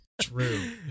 True